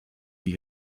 die